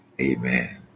Amen